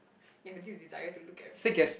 ya this desire to look at everything